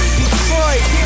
Detroit